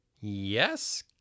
Yes